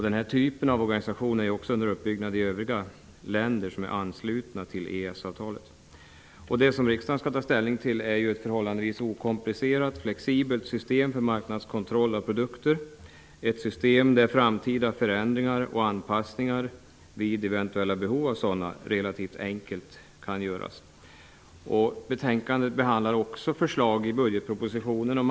Den här typen av organisationer är också under uppbyggnad i övriga länder som är anslutna till Det som riksdagen skall ta ställning till är ett förhållandevis okomplicerat, flexibelt system för marknadskontroll av produkter, ett system där framtida förändringar och anpassningar -- vid eventuella behov av sådana -- relativt enkelt kan göras.